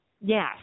yes